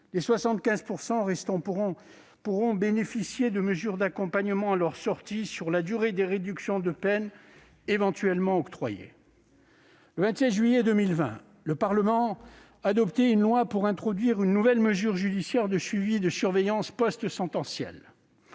que 75 % d'entre eux pourront bénéficier de mesures d'accompagnement sur la durée des réductions de peine éventuellement octroyées. Le 27 juillet 2020, le Parlement adoptait une loi introduisant une nouvelle mesure judiciaire de suivi et de surveillance postsentencielle